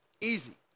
Easy